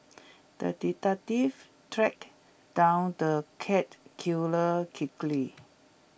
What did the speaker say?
the detective tracked down the cat killer quickly